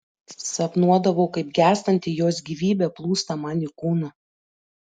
sapnuodavau kaip gęstanti jos gyvybė plūsta man į kūną